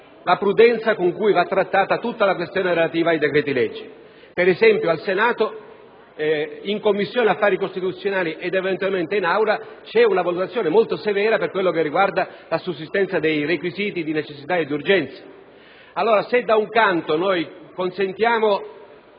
la prudenza con cui va trattata tutta la questione relativa ai decreti‑legge. Ad esempio, al Senato, in Commissione affari costituzionali ed eventualmente in Aula, c'è una valutazione molto severa sulla sussistenza dei requisiti di necessità e di urgenza. Allora, se da un lato noi consentiamo